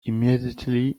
immediately